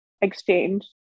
exchange